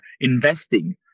investing